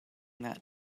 that